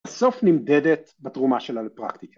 בסוף נמדדת בתרומה שלה לפרקטיקה.